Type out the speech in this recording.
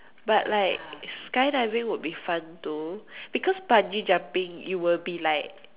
but like skydiving would be fun though because bungee jumping you will be like